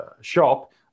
shop